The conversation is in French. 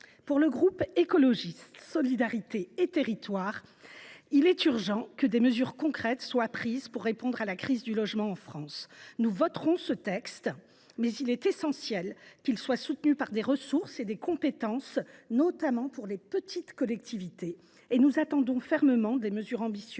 Pour le groupe Écologiste – Solidarité et Territoires, il est urgent que des mesures concrètes soient prises pour répondre à la crise du logement en France. Nous voterons ce texte, mais il est essentiel que celui ci soit soutenu par des ressources et des compétences, notamment pour les petites collectivités, et nous attendons fermement des mesures ambitieuses